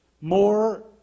more